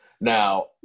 Now